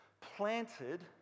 Planted